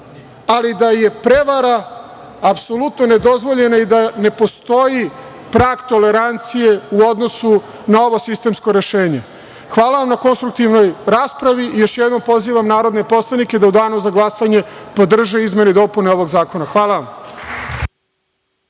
ali da je prevara apsolutno ne dozvoljena i da ne postoji prag tolerancije u odnosu na ovo sistemsko rešenje. Hvala vam na konstruktivnoj raspravi. Još jednom pozivam narodne poslanike da u Danu za glasanje podrže izmene i dopune ovog zakona. Hvala vam.